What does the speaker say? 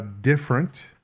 different